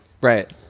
Right